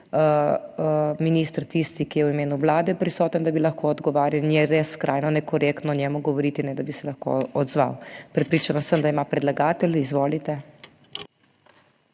Minister tisti, ki je v imenu Vlade prisoten, da bi lahko odgovarjal in je res skrajno nekorektno o njemu govoriti, da bi se lahko odzval. Prepričana sem, da ima predlagatelj? Izvolite.